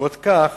ובעקבות כך